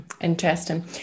interesting